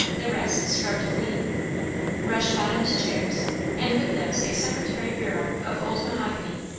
the rest scrubbed clean rush-bottomed chairs and with those a secretary bureau of old mahogany,